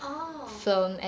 orh